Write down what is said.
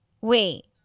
Wait